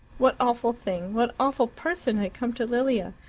what awful thing what awful person had come to lilia?